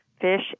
Fish